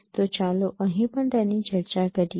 તો ચાલો અહીં પણ તેની ચર્ચા કરીએ